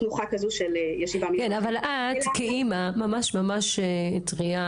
כאמא טרייה